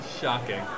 shocking